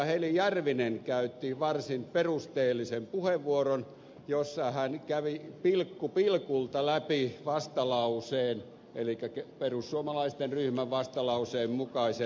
heli järvinen käytti varsin perusteellisen puheenvuoron jossa hän kävi pilkku pilkulta läpi vastalauseen elikkä perussuomalaisten ryhmävastalauseen mukaisen